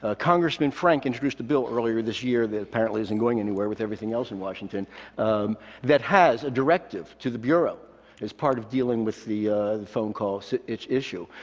ah congressman frank introduced a bill earlier this year that apparently isn't going anywhere with everything else in washington that has a directive to the bureau as part of dealing with the the phone calls issue.